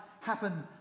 happen